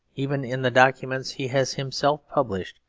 even in the documents he has himself published,